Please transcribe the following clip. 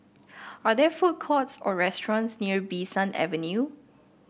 are there food courts or restaurants near Bee San Avenue